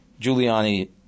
Giuliani